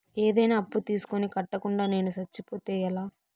ఏదైనా అప్పు తీసుకొని కట్టకుండా నేను సచ్చిపోతే ఎలా